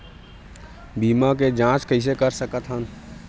बीमा के जांच कइसे कर सकत हन?